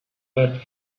that